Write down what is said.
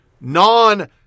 non-